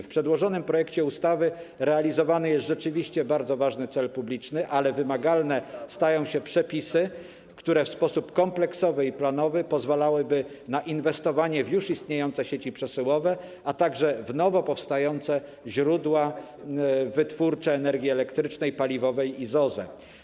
W przypadku przedłożonego projektu ustawy realizowany jest rzeczywiście bardzo ważny cel publiczny, ale wymagalne stają się przepisy, które w sposób kompleksowy i planowy pozwalałby na inwestowanie w już istniejące sieci przesyłowe, a także w nowo powstające źródła wytwórcze energii elektrycznej, paliwowej i z OZE.